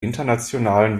internationalen